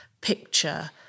picture